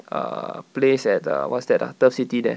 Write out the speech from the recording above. err place at the what's that ah turf city there